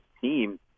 team